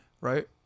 right